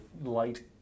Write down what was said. light